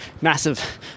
Massive